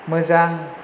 मोजां